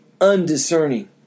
undiscerning